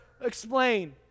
explain